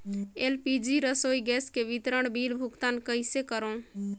LPG रसोई gas के विवरण बिल भुगतान कइसे करों?